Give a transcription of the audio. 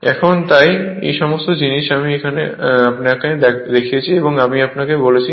এখন তাই এই সমস্ত জিনিস আমি আপনাকে দেখিয়েছি এবং আমি আপনাকে বলেছি